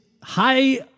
high